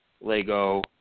Lego